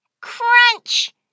Crunch